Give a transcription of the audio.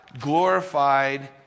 glorified